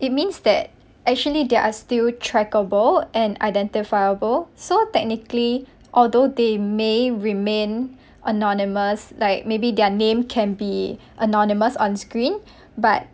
it means that actually they are still trackable and identifiable so technically although they may remain anonymous like maybe their name can be anonymous on screen but